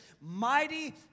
mighty